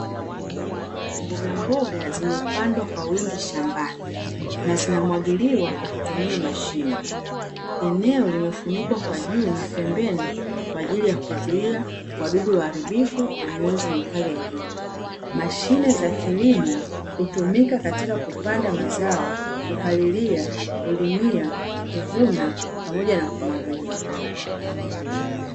Mbogamboga zimepandwa kwa wingi shambani na zinamwagiliwa kwa kutumia mashine, eneo limefunikwa kwa juu na pembeni kwa ajili ya kuzuia wadudu waharibifu na mionzi mikali ya jua, mashine za kilimo hutumika katika kupanda mazao kupalilia, kulimia, kuvuna pamoja na kumwagilia.